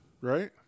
right